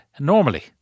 normally